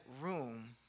room